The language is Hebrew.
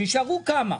שיישארו כמה.